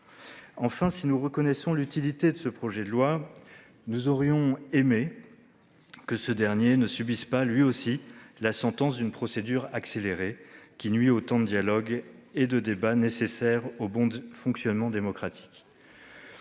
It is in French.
Enfin, si nous reconnaissons l'utilité de ce projet de loi, nous aurions aimé qu'il ne subisse pas, lui aussi, la sentence d'une procédure accélérée qui nuit au temps du dialogue et du débat nécessaires au bon fonctionnement démocratique.